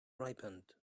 ripened